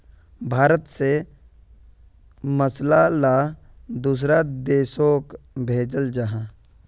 भारत से मसाला ला दुसरा देशोक भेजल जहा